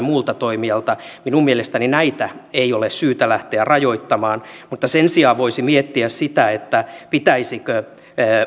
muulta toimijalta minun mielestäni näitä ei ole syytä lähteä rajoittamaan mutta sen sijaan voisi miettiä sitä pitäisikö